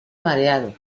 mareado